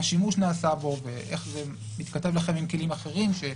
לאורך השנים חלה ירידה מפני שגם הזוכים גילו כלים אחרים שעומדים